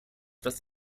das